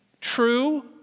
True